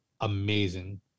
amazing